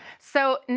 so,